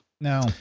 No